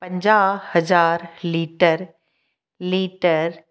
पंजाह हज़ार litre litre